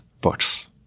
books